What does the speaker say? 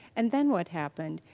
and then what happened?